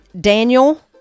Daniel